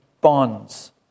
bonds